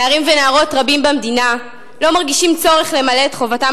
נערים ונערות רבים במדינה לא מרגישים צורך למלא את חובתם